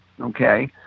okay